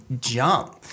jump